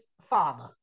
father